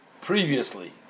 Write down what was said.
previously